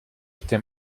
était